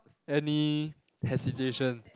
any hesitation